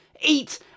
eat